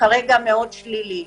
כרגע מאוד שלילי.